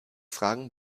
fragen